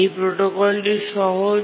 এই প্রোটোকলটি সহজ